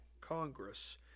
Congress